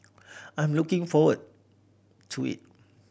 I'm looking forward to it